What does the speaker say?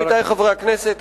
עמיתי חברי הכנסת,